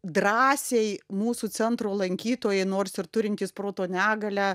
drąsiai mūsų centro lankytojai nors ir turintys proto negalią